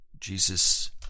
Jesus